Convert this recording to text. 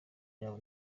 yabo